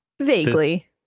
Vaguely